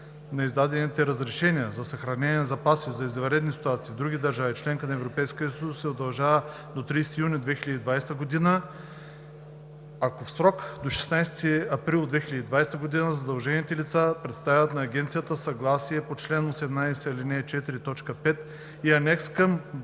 на издадените разрешения за съхраняване на запаси за извънредни ситуации в друга държава – членка на Европейския съюз, се удължава до 30 юни 2020 г., ако в срок до 16 април 2020 г. задължените лица представят на агенцията съгласие по чл. 18, ал. 4, т. 5 и анекс към